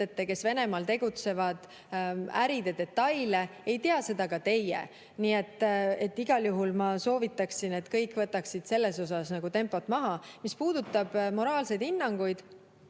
äride, kes Venemaal tegutsevad, detaile, ei tea seda ka teie. Nii et igal juhul ma soovitaksin, et kõik võtaksid selles suhtes tempot maha. Mis puudutab moraalseid hinnanguid.